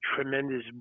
tremendous